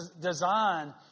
design